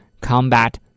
combat